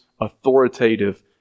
authoritative